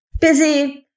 busy